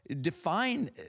Define